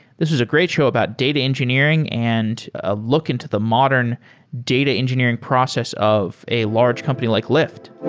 this is a great show about data engineering and a look into the modern data engineering process of a large company like lyft.